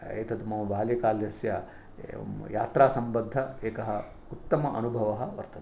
एतत् मम बाल्यकालस्य एवं यात्रासम्बद्धः एकः उत्तमः अनुभवः वर्तते